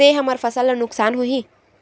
से हमर फसल ला नुकसान होही?